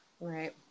Right